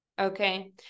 okay